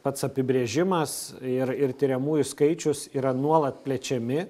pats apibrėžimas ir ir tiriamųjų skaičius yra nuolat plečiami